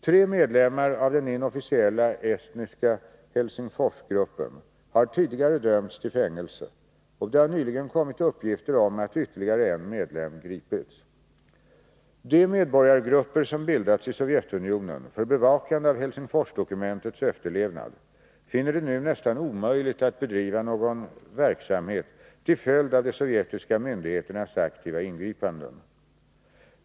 Tre medlemmar av den inofficiella estniska Helsingforsgruppen har tidigare dömts till fängelse, och det har nyligen kommit uppgifter om att ytterligare en medlem gripits. De medborgargrupper som bildats i Sovjetunionen för bevakande av Helsingforsdokumentets efterlevnad finner det nu nästan omöjligt att bedriva någon verksamhet till följd av de sovjetiska myndigheternas aktiva ingripanden.